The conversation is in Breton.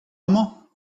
amañ